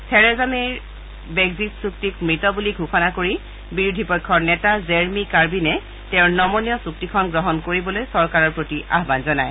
Teresa May Brexit চুক্তি মৃত বুলি ঘোষণা কৰি বিৰোধী পক্ষৰ নেতা জেৰমী কাৰ্বিনে তেওঁৰ নমনীয় চুক্তিখন গ্ৰহণ কৰিবলৈ চৰকাৰৰ প্ৰতি আহান জনায়